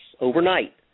overnight